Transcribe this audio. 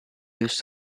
used